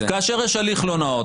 כאשר יש הליך לא נאות,